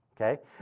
Okay